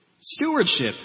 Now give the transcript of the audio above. Stewardship